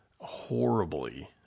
horribly